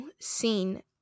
scene